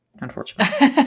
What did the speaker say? unfortunately